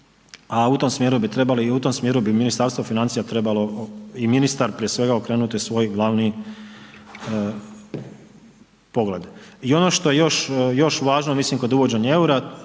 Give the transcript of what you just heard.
a u tom smjeru bi trebali i u tom smjeru bi Ministarstvo financija trebalo i ministar prije svega okrenuti svoj glavni pogled. I ono što je još važno mislim kod uvođenja eura